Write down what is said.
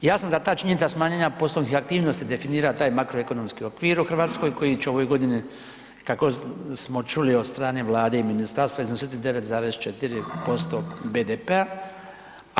Ja sam da ta činjenica smanjenja poslovnih aktivnosti definira taj makroekonomski okvir u RH koji će u ovoj godini, kako smo čuli od strane Vlade i ministarstva, iznositi 9,4% BDP-a.